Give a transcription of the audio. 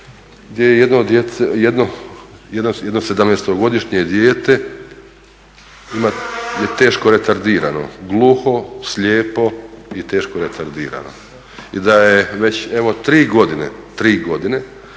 je jedno 17-godišnje dijete je teško retardirano, gluho, slijepo i teško retardirano. I da je već evo tri godine vode